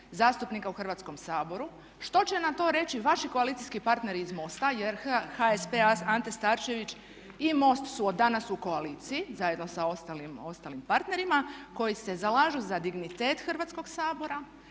zastupnika u Hrvatskom saboru? Što će na to reći vaši koalicijski partneri iz mosta jer HSP AS i MOST su od danas u koaliciji, zajedno sa ostalim partnerima koji se zalažu za dignitet Hrvatskoga sabora